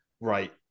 right